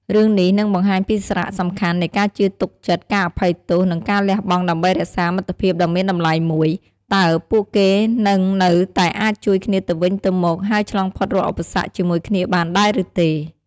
រឿងនេះនឹងបង្ហាញពីសារៈសំខាន់នៃការជឿទុកចិត្ត ការអភ័យទោស និងការលះបង់ដើម្បីរក្សាមិត្តភាពដ៏មានតម្លៃមួយ តើពួកគេនឹងនៅតែអាចជួយគ្នាទៅវិញទៅមក ហើយឆ្លងផុតរាល់ឧបសគ្គជាមួយគ្នាបានដែរឬទេ?